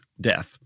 death